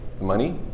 money